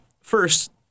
first